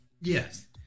Yes